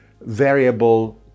variable